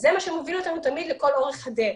זה מה שמוביל אותנו לכל אורך הדרך.